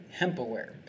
HempAware